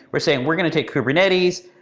we're saying, we're going to take kubernetes.